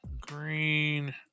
green